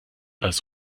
als